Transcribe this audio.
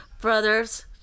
brothers